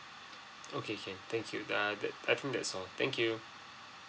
okay can thank you uh that I think that's all thank you